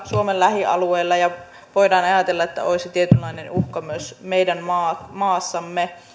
suomen lähialueilla ja joista voidaan ajatella että olisivat tietynlainen uhka myös meidän maassamme